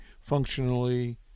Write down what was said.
functionally